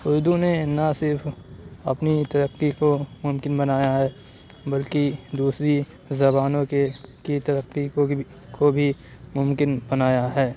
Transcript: اُردو نے نا صرف اپنی ترقی کو ممکن بنایا ہے بلکہ دوسری زبانوں کے کی ترقی کو بھی کو بھی ممکن بنایا ہے